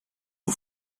aux